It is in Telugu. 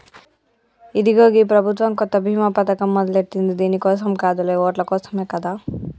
ఇదిగో గీ ప్రభుత్వం కొత్త బీమా పథకం మొదలెట్టింది దీని కోసం కాదులే ఓట్ల కోసమే కదా